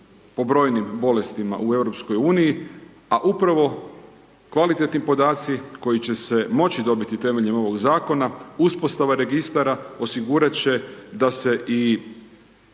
po brojnim bolestima u EU, a upravo kvalitetni podaci koji će se moći dobiti temeljem ovog Zakona, uspostava registara osigurat će da se i